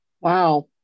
Wow